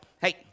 hey